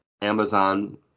Amazon